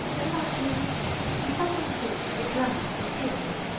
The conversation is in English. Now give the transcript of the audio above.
unlike liszt he seldom sought the glamor of the theatre,